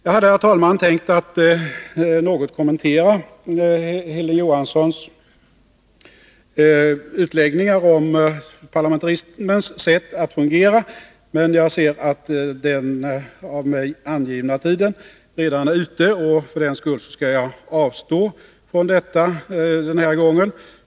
Jag hade, herr talman, tänkt att något kommentera Hilding Johanssons utläggningar om parlamentarismens sätt att fungera, men jag ser att den av mig angivna talartiden redan är ute, och för den skull skall jag avstå från det den här gången.